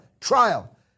trial